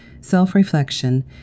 self-reflection